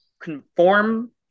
conform